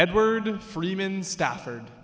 edward freeman stafford